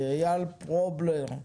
איל פרובלר,